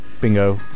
bingo